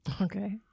Okay